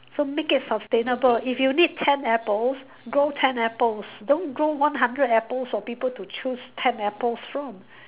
so make it sustainable if you need ten apples grow ten apples don't grow one hundred apples for people to choose ten apples from